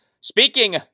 Speaking